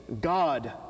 God